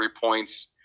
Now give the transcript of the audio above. points